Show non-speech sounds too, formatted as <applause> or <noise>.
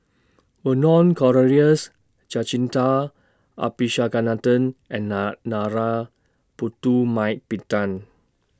Vernon Cornelius Jacintha Abisheganaden and <unintelligible> Putumaippittan